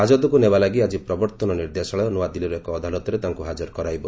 ହାଜତକୁ ନେବାଲାଗି ଆକି ପ୍ରବର୍ତ୍ତନ ନିର୍ଦ୍ଦେଶାଳୟ ନୂଆଦିଲ୍ଲୀର ଏକ ଅଦାଲତରେ ହାଜର କରାଇବ